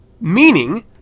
Meaning